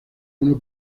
uno